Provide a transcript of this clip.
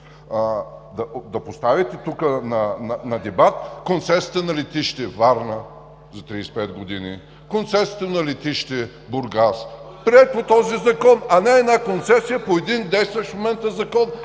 да поставите на дебат концесията на летище Варна – за 35 години, концесията на летище Бургас – приет по този закон, а не една концесия по един действащ в момента закон.